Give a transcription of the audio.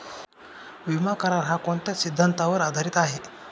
विमा करार, हा कोणत्या सिद्धांतावर आधारीत आहे?